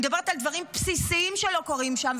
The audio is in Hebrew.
אני מדברת על דברים בסיסיים שלא קורים שם.